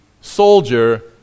soldier